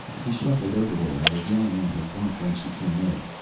he shuffled over there and was lying on her bunk when she came in.